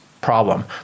problem